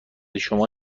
شما